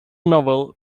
novel